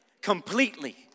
completely